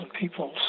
people